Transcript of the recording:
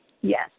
Yes